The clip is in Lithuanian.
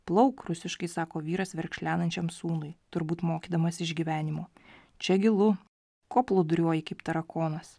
plauk rusiškai sako vyras verkšlenančiam sūnui turbūt mokydamas išgyvenimo čia gilu ko plūduriuoji kaip tarakonas